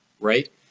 right